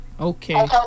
okay